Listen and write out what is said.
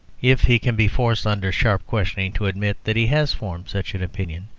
if he can be forced under sharp questioning to admit that he has formed such an opinion,